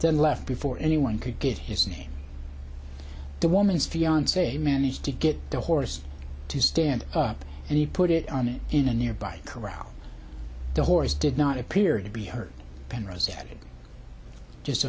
then left before anyone could get his name the woman's fiance managed to get the horse to stand up and he put it on and in a nearby corral the horse did not appear to be hurt pandarus it just